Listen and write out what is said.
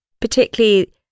particularly